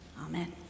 amen